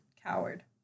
Coward